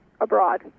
abroad